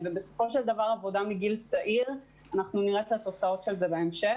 את התוצאות של עבודה מגיל צעיר נראה בהמשך.